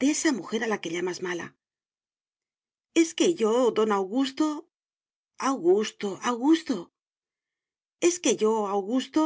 de esa mujer a la que llamas mala es que yo don augusto augusto augusto es que yo augusto